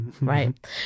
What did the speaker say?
right